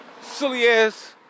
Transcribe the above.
silly-ass